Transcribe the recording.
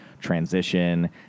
transition